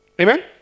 Amen